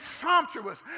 sumptuous